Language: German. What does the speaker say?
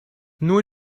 nur